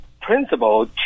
principle